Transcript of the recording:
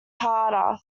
harder